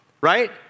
right